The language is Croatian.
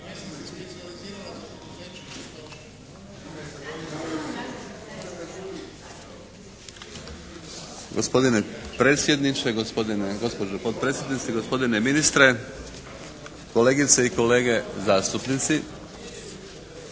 Gospodine predsjedniče, gospođo potpredsjednice, gospodine ministre, kolegice i kolege zastupnici.